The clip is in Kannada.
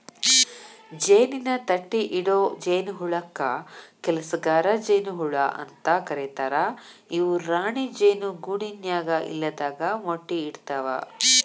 ಜೇನಿನ ತಟ್ಟಿಇಡೊ ಜೇನಹುಳಕ್ಕ ಕೆಲಸಗಾರ ಜೇನ ಹುಳ ಅಂತ ಕರೇತಾರ ಇವು ರಾಣಿ ಜೇನು ಗೂಡಿನ್ಯಾಗ ಇಲ್ಲದಾಗ ಮೊಟ್ಟಿ ಇಡ್ತವಾ